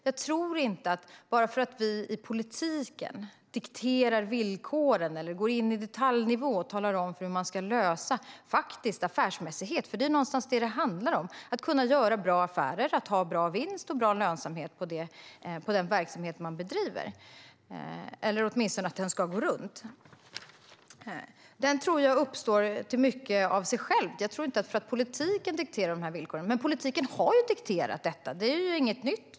Jag tror inte att vi i politiken ska diktera villkoren eller gå in på detaljnivå och tala om hur man ska lösa faktisk affärsmässighet. Vad det någonstans handlar om är ju att kunna göra bra affärer, ha bra vinst och bra lönsamhet i den verksamhet man bedriver, eller att den åtminstone ska gå runt. Detta tror jag i mycket uppstår av sig självt. Jag tror inte på att politiken ska diktera villkoren. Men politiken har ju dikterat detta. Det är inget nytt.